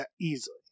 Easily